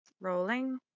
Rolling